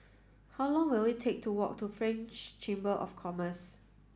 how long will it take to walk to French Chamber of Commerce